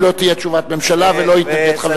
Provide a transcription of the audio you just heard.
אם לא תהיה תשובת ממשלה ולא יתנגד חבר כנסת.